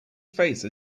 face